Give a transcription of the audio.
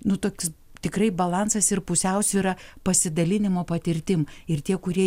nu toks tikrai balansas ir pusiausvyra pasidalinimo patirtim ir tie kurie